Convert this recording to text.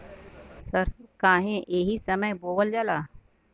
सरसो काहे एही समय बोवल जाला?